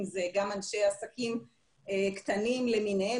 גם אנשי עסקים קטנים למיניהם,